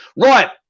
Right